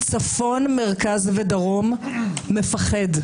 מצפון, מרכז ודרום פוחד.